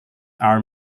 are